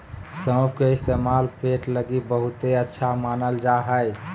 सौंफ के इस्तेमाल पेट लगी बहुते अच्छा मानल जा हय